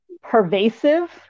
pervasive